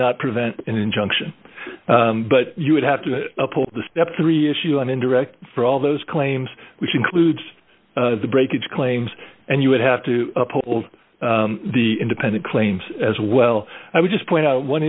not prevent an injunction but you would have to uphold the step three issue and indirect for all those claims which includes the breakage claims and you would have to uphold the independent claims as well i would just point out one